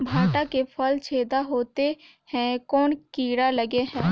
भांटा के फल छेदा होत हे कौन कीरा लगे हे?